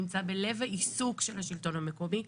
הוא נמצא בלב העיסוק של השלטון המקומי,